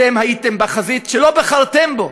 אתם הייתם בחזית שלא בחרתם בה.